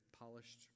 polished